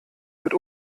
mit